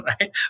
right